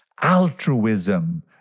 altruism